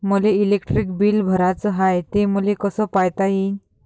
मले electric bill भराचं हाय, ते मले कस पायता येईन?